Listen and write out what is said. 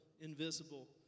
invisible